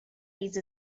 case